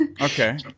okay